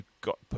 got